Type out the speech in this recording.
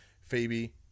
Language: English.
phoebe